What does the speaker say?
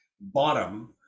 bottom